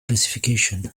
classification